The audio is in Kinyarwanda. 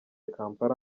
kampala